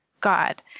God